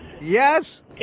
Yes